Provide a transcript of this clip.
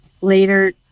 later